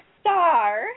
star